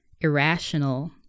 irrational